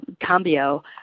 Cambio